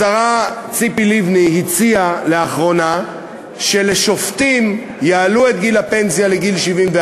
השרה ציפי לבני הציעה לאחרונה שלשופטים יעלו את גיל הפנסיה ל-74.